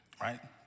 right